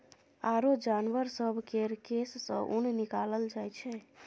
आरो जानबर सब केर केश सँ ऊन निकालल जाइ छै